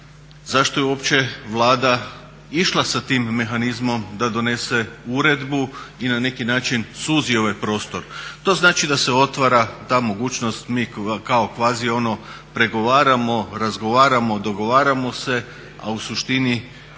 zašto je uopće Vlada išla sa tim mehanizmom da donese uredbu i na neki način suzi ovaj prostor. To znači da se otvara ta mogućnost mi kao kvazi ono pregovaramo, razgovaramo, dogovaramo se a u suštini